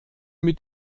mit